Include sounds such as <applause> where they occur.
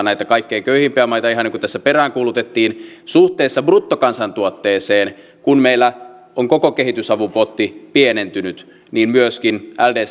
<unintelligible> näitä kaikkein köyhimpiä maita ihan niin kuin tässä peräänkuulutettiin suhteessa bruttokansantuotteeseen kun meillä on koko kehitysavun potti pienentynyt niin myöskin ldc <unintelligible>